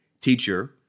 Teacher